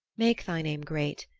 make thy name great,